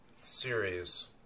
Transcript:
series